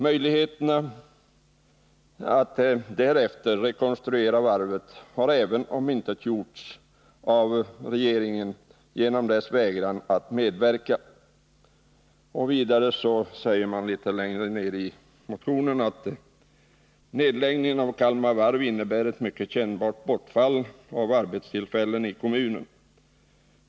Möjligheterna att därefter rekonstruera varvet har även de omintetgjorts genom att regeringen vägrat att medverka.” I slutet av motionen säger man: ”Nedläggningen av Kalmar Varv innebär ett mycket kännbart bortfall av arbetstillfällen i kommunen.